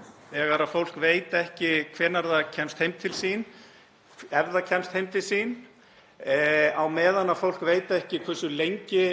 núna þegar fólk veit ekki hvenær það kemst heim til sín, ef það kemst heim til sín, á meðan fólk veit ekki hversu lengi